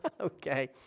Okay